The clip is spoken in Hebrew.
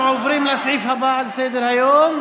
אנחנו עוברים לסעיף הבא על סדר-היום,